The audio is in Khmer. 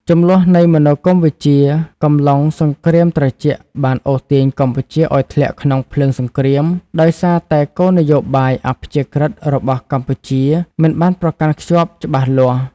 ជម្លោះនៃមនោគមវិជ្ជាកំឡុងសង្គ្រាមត្រជាក់បានអូសទាញកម្ពុជាឲ្យធ្លាក់ក្នុងភ្លើងសង្គ្រាម ដោយសារតែគោលនយោបាយអព្យាក្រឹត្យរបស់កម្ពុជាមិនបានប្រកាន់ខ្ជាប់ច្បាស់លាស់។